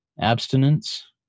abstinence